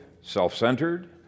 self-centered